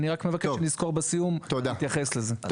אני רק מבקש שנזכור להתייחס לזה בסיום.